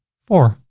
four.